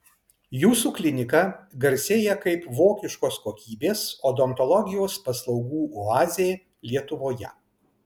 jūsų klinika garsėja kaip vokiškos kokybės odontologijos paslaugų oazė lietuvoje